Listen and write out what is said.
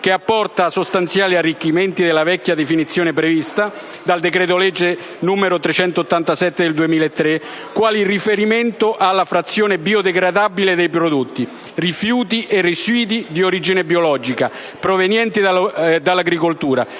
che apporta sostanziali arricchimenti della vecchia definizione prevista dal decreto legislativo. n. 387/2003, quali il riferimento alla frazione biodegradabile dei prodotti, rifiuti e residui di origine biologica provenienti dall'agricoltura,